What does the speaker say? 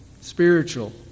spiritual